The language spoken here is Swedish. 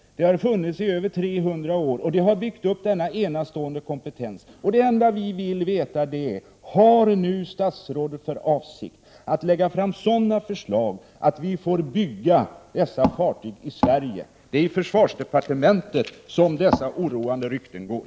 Det har funnits i över 300 år, | och det har byggt upp denna enastående kompetens. Det enda vi vill veta är: Har statsrådet nu för avsikt att lägga fram sådana | förslag att vi får bygga dessa fartyg i Sverige? Det är i försvarsdepartementet som de oroande ryktena går.